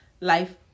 life